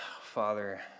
Father